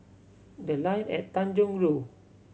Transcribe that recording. The Line at Tanjong Rhu